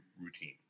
routine